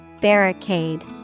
Barricade